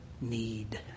need